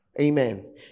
Amen